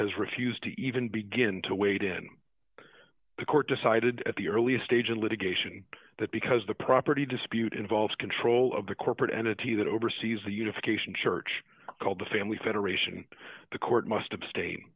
has refused to even begin to wait in the court decided at the earliest stage in litigation that because the property dispute involves control of the corporate entity that oversees the unification church called the family federation the court must abstain